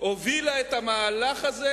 הובילה את המהלך הזה